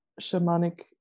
shamanic